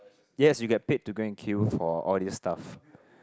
yes we get paid to go and queue for all these stuff